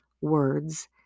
words